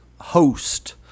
host